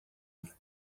est